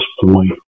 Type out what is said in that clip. point